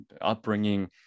upbringing